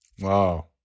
Wow